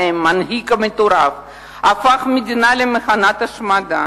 שבהם מנהיג מטורף הפך מדינה למכונת השמדה,